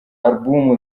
album